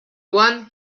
one